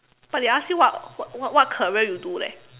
but they ask you what what what career you do leh